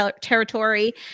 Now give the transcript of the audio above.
territory